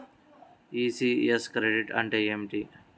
ECS credit అంటే ఏమిటి?